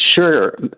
sure